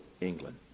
England